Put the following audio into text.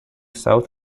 south